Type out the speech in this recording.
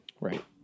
Right